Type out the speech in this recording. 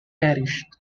perished